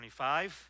25